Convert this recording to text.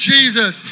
Jesus